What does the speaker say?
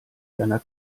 seiner